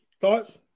thoughts